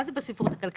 מה זה בספרות הכלכלה?